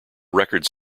records